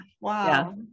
Wow